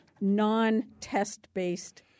non-test-based